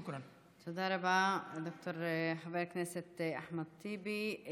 תודה רבה, חבר הכנסת אחמד טיבי.